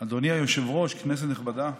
אדוני היושב-ראש, כנסת נכבדה,